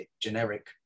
generic